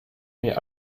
mir